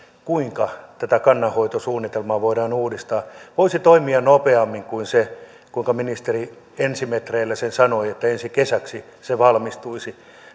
kuinka tätä kannanhoitosuunnitelmaa voidaan uudistaa voisi toimia nopeammin kuin mitä ministeri ensimetreillä sanoi että vasta ensi kesäksi se valmistuisi